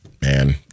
man